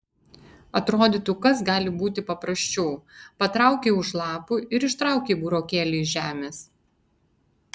atrodytų kas gali būti paprasčiau patraukei už lapų ir ištraukei burokėlį iš žemės